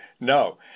No